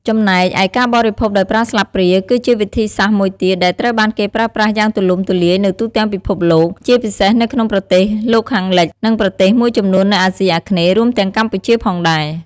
ចំណែកឯការបរិភោគដោយប្រើស្លាបព្រាគឺជាវិធីសាស្ត្រមួយទៀតដែលត្រូវបានគេប្រើប្រាស់យ៉ាងទូលំទូលាយនៅទូទាំងពិភពលោក ជាពិសេសនៅក្នុងប្រទេសលោកខាងលិច និងប្រទេសមួយចំនួននៅអាស៊ីអាគ្នេយ៍ រួមទាំងកម្ពុជាផងដែរ។